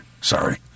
Sorry